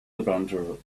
levanter